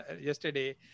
yesterday